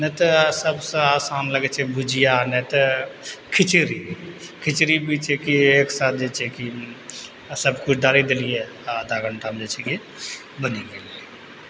नहि तऽ सबसँ आसान लगय छै भुजिया नहि तऽ खिचड़ी खिचड़ी भी छै कि एक साथ जे छै कि सबकिछु डारि देलिये आधा घण्टामे जे छै कि बनि गेलय